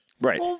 Right